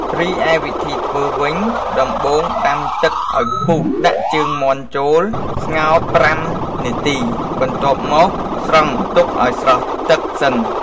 រីឯវិធីធ្វើវិញ ដំបូងដាំទឹកឱ្យពុះដាក់ជើងមាន់ចូលស្ងោរប្រាំនាទីបន្ទាប់មកស្រង់ទុកឱ្យស្រស់ទឹកសិន។